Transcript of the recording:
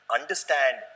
Understand